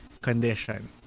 condition